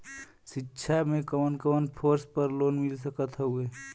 शिक्षा मे कवन कवन कोर्स पर लोन मिल सकत हउवे?